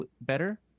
better